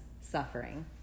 suffering